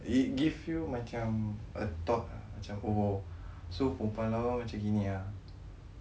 it give you macam a thought ah macam so perempuan lawa macam gini ah